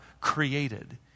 created